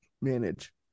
manage